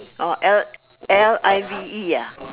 or L L I V E ah